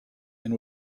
and